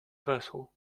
vessel